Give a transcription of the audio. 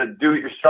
do-it-yourself